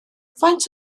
faint